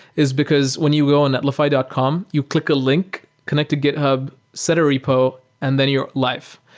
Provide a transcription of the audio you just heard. is because when you go in netlify dot com, you click a link, connect to github, set a repo and then you're live.